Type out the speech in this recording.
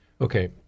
Okay